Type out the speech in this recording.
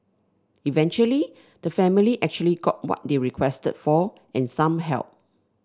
eventually the family actually got what they requested for and some help